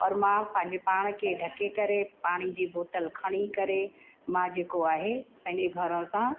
और मां पंहिंजे पाण खे ढके करे पाणीअ जी बोतल खणी करे मां जेको आहे पंहिंजे घर सां